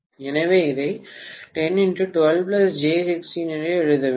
எனவே இதை 10 12 j16 என்று எழுத வேண்டும்